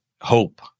hope